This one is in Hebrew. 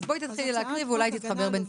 אז בואי תתחילי להקריא ואולי היא תתחבר.